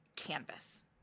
canvas